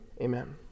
amen